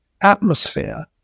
atmosphere